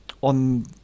on